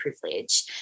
privilege